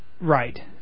Right